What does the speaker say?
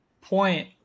point